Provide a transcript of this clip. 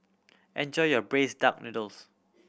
enjoy your braised duck noodles